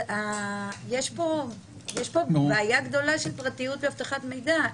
יש פה בעיה גדולה של פרטיות ואבטחת מידע,